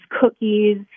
Cookies